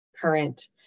current